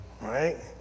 right